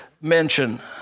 mention